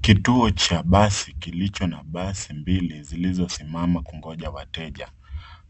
Kituo cha basi kilicho na basi mbili zilizosimama kungoja wateja.